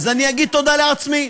אז אני אגיד תודה לעצמי.